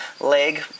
leg